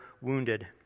wounded